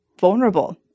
vulnerable